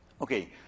Okay